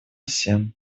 всем